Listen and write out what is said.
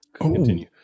continue